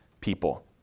people